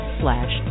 slash